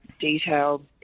detailed